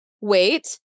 wait